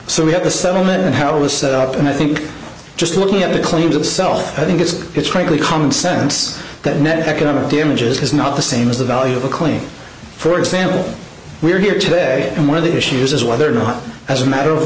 so we have the settlement and how it was set up and i think just looking at the claims of self i think it's it's really common sense that net economic damage is not the same as the value of a claim for example we are here today and one of the issues is whether or not as a matter of